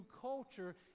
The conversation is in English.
culture